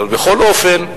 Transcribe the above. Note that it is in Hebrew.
אבל בכל אופן,